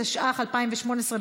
התשע"ח 2018,